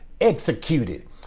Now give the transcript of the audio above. executed